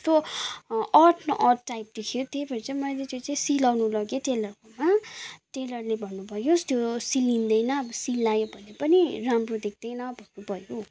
कस्तो अड न अड टाइप देखियो त्यही भएर चाहिँ मैले त्यो चाहिँ सिलाउनु लगेँ टेलरकोमा टेलरले भन्नु भयो त्यो सिलिँदैन सिलायो भने पनि राम्रो देख्दैन भन्नुभयो